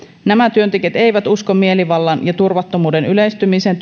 nämä työntekijät eivät usko mielivallan ja turvattomuuden yleistymiseen